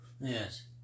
Yes